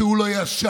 שהוא לא ישר,